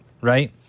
right